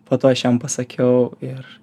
po to aš jam pasakiau ir